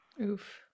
Oof